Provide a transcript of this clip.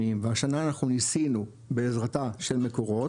והשנה אנחנו ניסינו בעזרתה של מקורות,